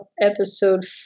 episode